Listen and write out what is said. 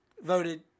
voted